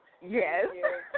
Yes